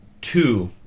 two